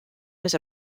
was